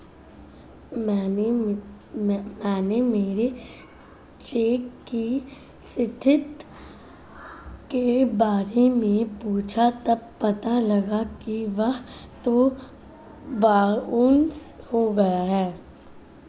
मैंने मेरे चेक की स्थिति के बारे में पूछा तब पता लगा कि वह तो बाउंस हो गया है